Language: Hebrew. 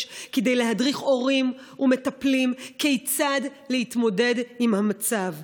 כדי להדריך הורים ומטפלים כיצד להתמודד עם המצב.